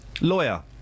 Lawyer